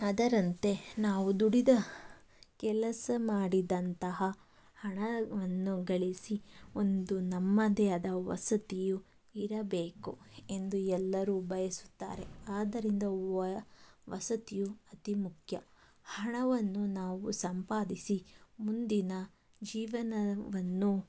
ಅದರಂತೆ ನಾವು ದುಡಿದ ಕೆಲಸ ಮಾಡಿದಂತಹ ಹಣವನ್ನು ಗಳಿಸಿ ಒಂದು ನಮ್ಮದೇ ಆದ ವಸತಿಯು ಇರಬೇಕು ಎಂದು ಎಲ್ಲರೂ ಬಯಸುತ್ತಾರೆ ಆದ್ದರಿಂದ ವ್ ವಸತಿಯು ಅತೀ ಮುಖ್ಯ ಹಣವನ್ನು ನಾವು ಸಂಪಾದಿಸಿ ಮುಂದಿನ ಜೀವನವನ್ನು